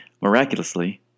miraculously